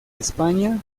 españa